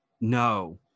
No